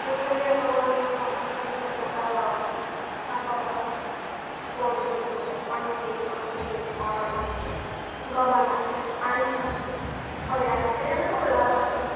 ଯେପରିକି ଆପଣଙ୍କ କହିବା ଅନୁସାରେ କୋଦାଳ ଶାବଳ କୋଡ଼ି ହଉ କଇଁଚି କତୁରୀ କରଣି ଗମଲା ପାଣି ଝରା ଫଇଡ଼ା ଇତ୍ୟାଦି ଆମେ ସବୁ ବ୍ୟବହାର କରିଥାଉ